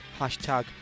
Hashtag